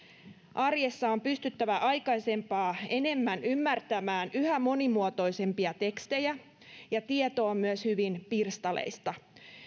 arjessa on pystyttävä aikaisempaa enemmän ymmärtämään yhä monimuotoisempia tekstejä ja tieto on myös hyvin pirstaleista